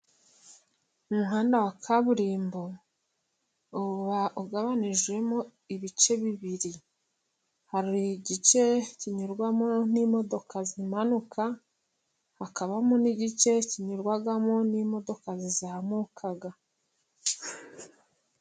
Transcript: Umuhanda wa kaburimbo uba ugabanijwemo ibice bibiri: hari igice kinyurwamo n'imodoka zimanuka, hakabamo n'igice kinyurwamo n'imodoka zizamuka.